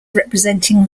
representing